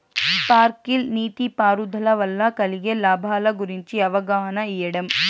Sprinkle నీటిపారుదల వల్ల కలిగే లాభాల గురించి అవగాహన ఇయ్యడం?